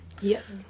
Yes